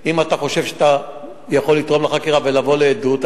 אם אתה חושב שאתה יכול לתרום לחקירה ולבוא לעדות,